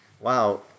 Wow